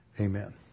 Amen